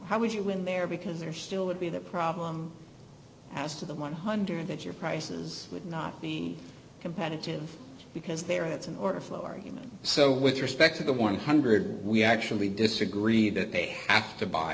how would you win there because there still would be the problem as to the one hundred dollars that your prices would not be competitive because they are that's an order flow argument so with respect to the one hundred we actually disagree that they have to buy